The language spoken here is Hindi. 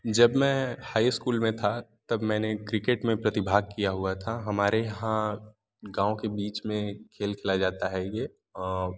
जब मैं हाई स्कूल में था तब मैंने क्रिकेट में प्रतिभाग किया हुआ था हमारे यहाँ गाँव के बीच में खेल खिलाया जाता है यह